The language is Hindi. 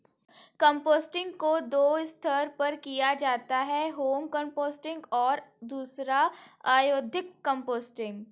कंपोस्टिंग को दो स्तर पर किया जाता है होम कंपोस्टिंग और दूसरा औद्योगिक कंपोस्टिंग